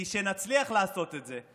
כי כשנצליח לעשות את זה,